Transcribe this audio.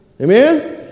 Amen